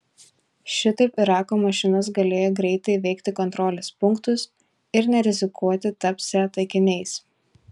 šitaip irako mašinos galėjo greitai įveikti kontrolės punktus ir nerizikuoti tapsią taikiniais